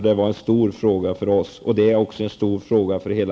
Det var en stor fråga för Ny Demokrati, och det är en stor fråga för hela